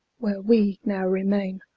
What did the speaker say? where we now remaine